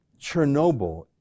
Chernobyl